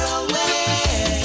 away